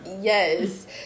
Yes